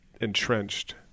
entrenched